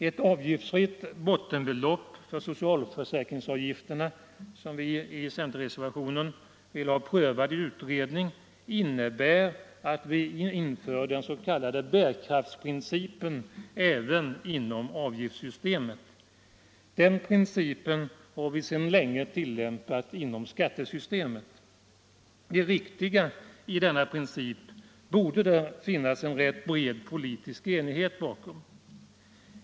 Ett avgiftsfritt bottenbelopp för socialförsäkringsavgifterna, som vi i centerreservationen vill ha prövat i en utredning, innebär att vi inför dens.k. bärkraftsprincipen även inom detta avgiftssystem. Den principen har vi länge tillämpat inom skattesystemet, och det riktiga i den borde det finnas en rätt bred politisk enighet om.